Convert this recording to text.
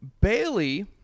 Bailey